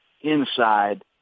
inside